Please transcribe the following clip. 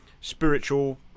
spiritual